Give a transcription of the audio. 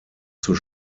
zur